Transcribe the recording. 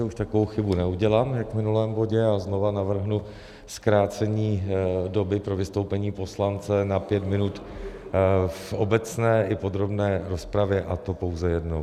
Už takovou chybu neudělám jak v minulém bodě a znovu navrhnu zkrácení doby pro vystoupení poslance na pět minut v obecné i podrobné rozpravě, a to pouze jednou.